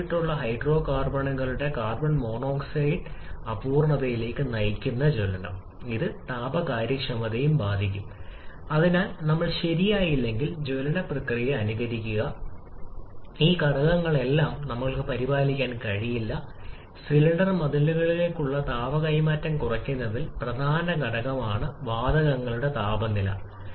രാസപ്രവർത്തനങ്ങളുടെ എണ്ണം മോളുകളുടെ എണ്ണം കുറയ്ക്കുകയോ മൊത്തം അളവ് കുറയ്ക്കുകയോ ചെയ്യുന്നതിനാലാണിത് ചുരുങ്ങുകയാണെന്ന് നിങ്ങൾക്ക് പറയാൻ കഴിയുന്ന മൊത്തം പിണ്ഡം അല്ലെങ്കിൽ മോളിലെ അർത്ഥത്തിൽ ഞാൻ പിണ്ഡം പറയരുത് കരാർ നേടുന്നു